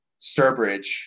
Sturbridge